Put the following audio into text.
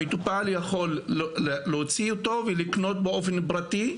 המטופל יכול להוציא אותו ולקנות באופן פרטי,